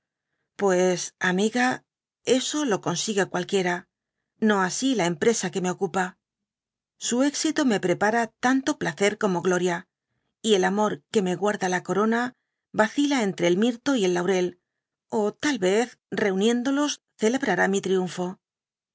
pues ang eso lo consigue cualquiera no así la empresa que me ocupa su éxito me prepara tanto placer como gloria y el amor que me guarda la corona yacila entre el mirto y el laurel ó tal yez reuniendolos cele brará mi triunfo